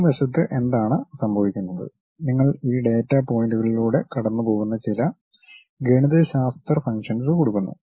പിൻവശത്ത് എന്താണ് സംഭവിക്കുന്നത് നിങ്ങൾ ഈ ഡാറ്റാ പോയിന്റുകളിലൂടെ കടന്നുപോകുന്ന ചില ഗണിതശാസ്ത്ര ഫംഗ്ഷൻസ് കൊടുക്കുന്നു